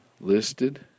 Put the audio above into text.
listed